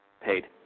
paid